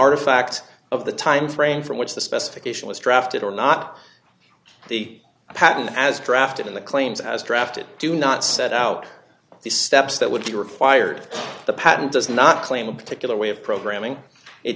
artifact of the timeframe from which the specification was drafted or not the patent as drafted in the claims as drafted do not set out the steps that would be required the patent does not claim a particular way of programming it